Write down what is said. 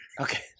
Okay